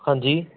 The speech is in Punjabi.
ਹਾਂਜੀ